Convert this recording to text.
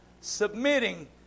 Submitting